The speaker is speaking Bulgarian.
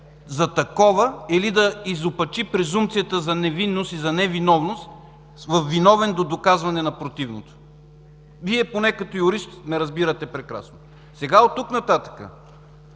за такова или да изопачи презумпцията за невинност и за невиновност – във виновен до доказване на противното. Вие поне, като юрист, ме разбирате прекрасно. Оттук нататък.